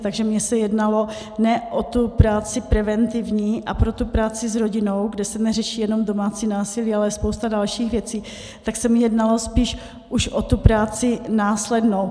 Takže mně se jednalo ne o tu práci preventivní a pro tu práci s rodinou, kde se neřeší jenom domácí násilí, ale spousta dalších věcí, mně se jednalo spíš už o tu práci následnou.